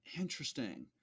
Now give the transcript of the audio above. Interesting